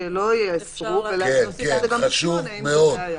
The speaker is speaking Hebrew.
שלא יאסרו אותו ולהוסיף את זה גם ב-8 אם זו בעיה.